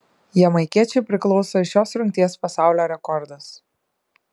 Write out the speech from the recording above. jamaikiečiui priklauso ir šios rungties pasaulio rekordas